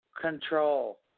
control